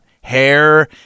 hair